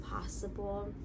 possible